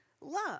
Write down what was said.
love